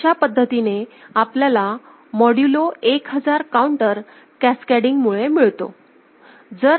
तर अशा पद्धतीने आपल्याला मॉड्यूलो 1000 काऊंटर कॅस्कॅडींग मुळे मिळतो